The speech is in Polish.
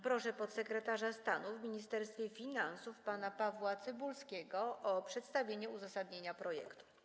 Proszę podsekretarza stanu w Ministerstwie Finansów pana Pawła Cybulskiego o przedstawienie uzasadnienia projektu.